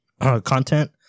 content